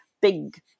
big